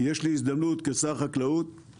יש לי הזדמנות כשר חקלאות,